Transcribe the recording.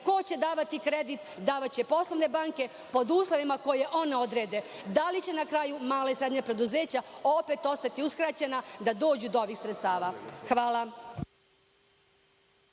ko će davati kredit, davaće poslovne banke pod uslovima koje one odrede. Da li će na kraju mala i srednja preduzeća opet ostati uskraćena da dođu do ovih sredstava? Hvala.